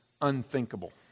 unthinkable